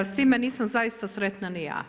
I s time nisam zaista sretna ni ja.